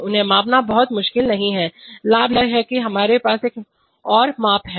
उन्हें मापना बहुत मुश्किल नहीं है लाभ यह है कि अब हमारे पास एक और माप है